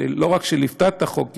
שלא רק שליוותה את החוק,